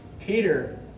Peter